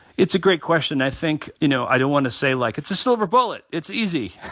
it's a great question. i think, you know, i don't want to say like it's a silver bullet, it's easy,